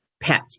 pet